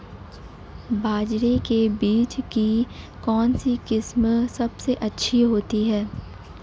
बाजरे के बीज की कौनसी किस्म सबसे अच्छी होती है?